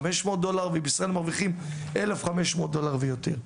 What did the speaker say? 500 דולר ובישראל 1,500 דולר ויותר.